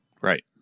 Right